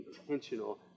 intentional